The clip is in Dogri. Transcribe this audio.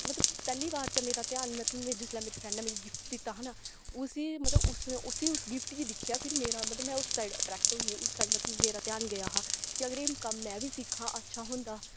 मतलब पैह्ली बार ते मेरे ध्यान जिसलै मेरी फ्रैंड्स ने मिगी गिफ्ट दित्ता हा ना उसी मतलब उसी मतलब उस गिफ्ट गी दिक्खेआ फिर मेरा मतलब में उस साइड अट्रैक्ट होई ही उस साइड मतलब मेरा ध्यान गेआ हा कि अगर एह् कम्म में बी सिक्खांऽ अच्छा होंदा